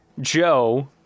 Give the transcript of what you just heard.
Joe